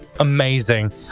amazing